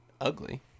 ugly